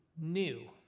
new